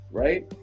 right